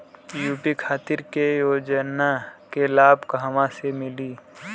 UP खातिर के योजना के लाभ कहवा से मिली?